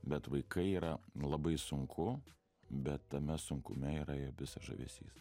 bet vaikai yra labai sunku bet tame sunkume yra ir visas žavesys